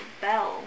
Bell